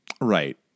Right